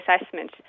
assessment